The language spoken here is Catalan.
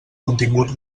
contingut